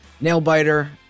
nail-biter